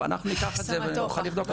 אנחנו ניקח את זה ונוכל לבדוק.